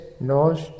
nose